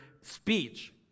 speech